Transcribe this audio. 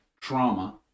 trauma